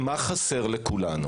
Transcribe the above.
מה חסר לכולנו